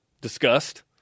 discussed